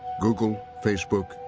google, facebook,